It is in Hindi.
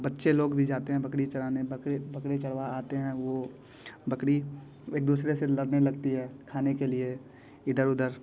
बच्चे लोग भी जाते हैं बकरी चराने बकरी चरवाहा आते हैं वह बकरी एक दूसरे से लड़ने लगती है खाने के लिए इधर उधर